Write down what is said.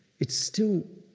it's still